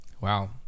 wow